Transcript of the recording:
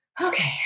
okay